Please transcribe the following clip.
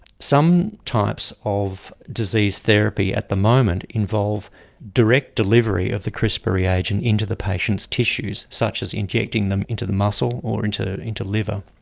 some types of disease therapy at the moment involve direct delivery of the crispr reagent into the patient's tissues, such as injecting them into the muscle or into into liver.